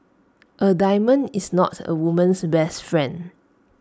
A diamond is not A woman's best friend